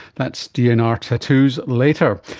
that's dnr tattoos later.